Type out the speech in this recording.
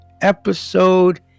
episode